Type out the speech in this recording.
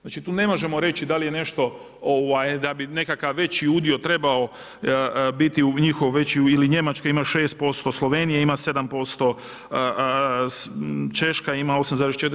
Znači, tu ne možemo reći da li je nešto da bi nekakav veći udio trebao biti u njihov veći ili Njemačka ima 6%, Slovenija ima 7%, Češka ima 8,4%